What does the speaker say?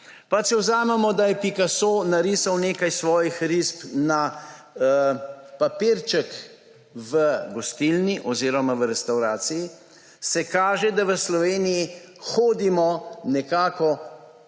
Pa če vzamemo, da je Picasso narisal nekaj svojih risb na papirček v gostilni oziroma v restavraciji, se kaže, da v Sloveniji hodimo nekako